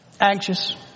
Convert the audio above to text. Anxious